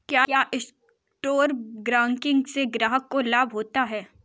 क्या stock broking से ग्राहक को लाभ होता है?